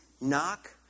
knock